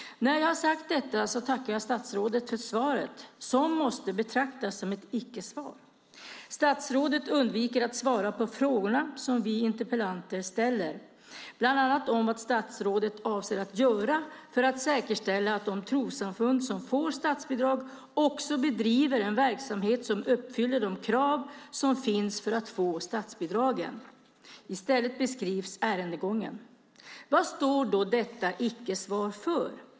När jag har sagt detta tackar jag statsrådet för svaret, som måste betraktas som ett ickesvar. Statsrådet undviker att svara på frågorna som vi interpellanter ställer, bland annat vad statsrådet avser att göra för att säkerställa att de trossamfund som får statsbidrag också bedriver en verksamhet som uppfyller de krav som finns för att få statsbidragen. I stället beskrivs ärendegången. Vad står då detta icke-svar för?